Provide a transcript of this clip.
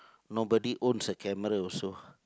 nobody owns a camera also